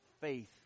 faith